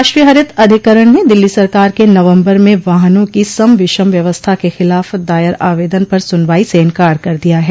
राष्ट्रीय हरित अधिकरण ने दिल्ली सरकार के नवम्बर में वाहनों की सम विषम व्यवस्था के खिलाफ दायर आवेदन पर सुनवाई से इंकार कर दिया है